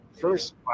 First